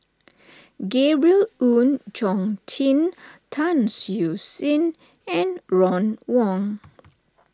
Gabriel Oon Chong Jin Tan Siew Sin and Ron Wong